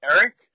Eric